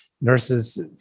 nurses